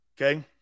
Okay